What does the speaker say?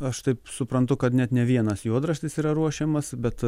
aš taip suprantu kad net ne vienas juodraštis yra ruošiamas bet